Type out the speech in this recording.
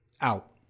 Out